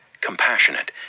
compassionate